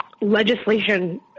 legislation